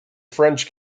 french